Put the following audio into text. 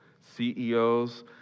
CEOs